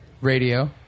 Radio